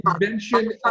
invention